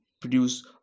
produce